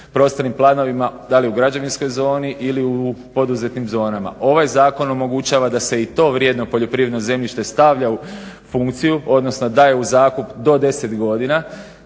prostornim planovima da li u građevinskoj zoni ili u poduzetnim zonama. Ovaj zakon omogućava da se i to vrijedno poljoprivredno zemljište stavlja u funkciju, odnosno daje u zakup do 10 godina